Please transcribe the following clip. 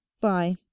bye